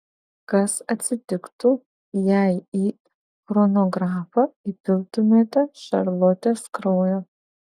kas atsitiktų jei į chronografą įpiltumėte šarlotės kraujo